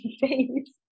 face